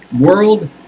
world